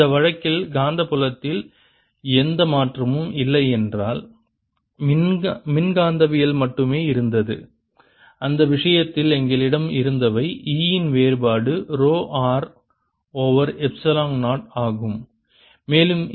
இந்த வழக்கில் காந்தப்புலத்தில் எந்த மாற்றமும் இல்லை என்றால் மின்காந்தவியல் மட்டுமே இருந்தது அந்த விஷயத்தில் எங்களிடம் இருந்தவை E இன் வேறுபாடு ரோ r ஓவர் எப்சிலோன் 0 ஆகும்